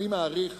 אני מעריך